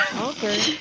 Okay